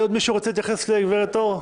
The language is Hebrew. עוד מישהו רוצה להתייחס לגברת אור?